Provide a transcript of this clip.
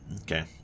okay